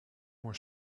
were